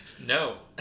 No